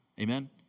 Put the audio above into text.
Amen